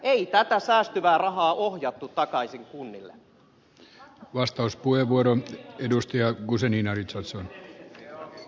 ei tätä säästyvää rahaa ohjattu takaisin kunnille asiaan vastauspuheenvuoro edusti accuse minä vitsaus on sijaa